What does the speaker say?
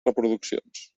reproduccions